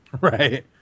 Right